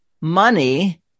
money